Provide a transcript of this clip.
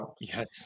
Yes